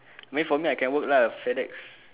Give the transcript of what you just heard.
wait for me I can work lah Fedex